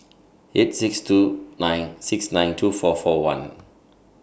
eight six two nine six nine two four four one